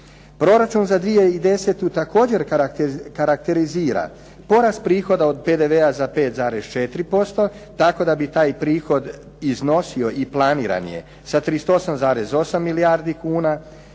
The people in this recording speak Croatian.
Proračun za 2010. također karakterizira porast prihoda od PDV-a za 5,4% tako da bi taj prihod iznosio i planiran je sa 38,8 milijardi kuna.